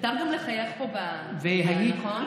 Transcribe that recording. מותר גם לחייך פה במליאה, נכון?